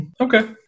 okay